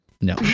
No